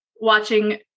watching